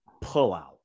pullout